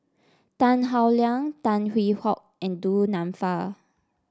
Tan Howe Liang Tan Hwee Hock and Du Nanfa